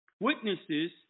Witnesses